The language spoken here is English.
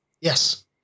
Yes